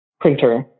printer